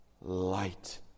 light